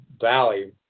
Valley